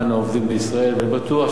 ואני בטוח שאתה תעשה את זה.